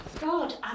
God